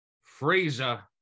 Fraser